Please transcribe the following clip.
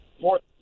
fourth